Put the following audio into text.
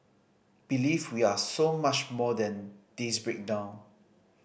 believe we are so much more than this breakdown